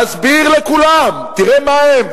נסביר לכולם: תראה מה הם,